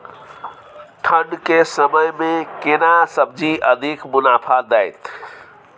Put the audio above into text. ठंढ के समय मे केना सब्जी अधिक मुनाफा दैत?